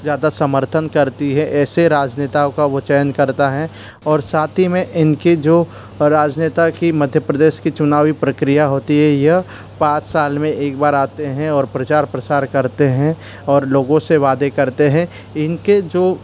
ज़्यादा समर्थन करती है ऐसे राजनेताओं का वो चयन करते हैं और साथ ही में इनके जो राजनेता की मध्य प्रदेश की चुनावी प्रक्रिया होती है यह पाँच साल में एक बार आते है और प्रचार प्रसार करते हैं और लोगों से वादे करते हैं इनके जो